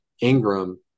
Ingram